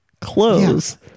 clothes